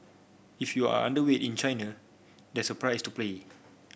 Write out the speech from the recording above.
if you are underweight in China there's a price to pay